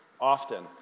often